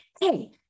hey